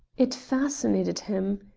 it fascinated him.